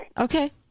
Okay